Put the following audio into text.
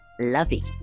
lovey